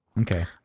Okay